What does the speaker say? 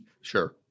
Sure